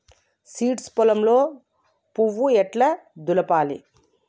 Seeds పొలంలో పువ్వు ఎట్లా దులపాలి?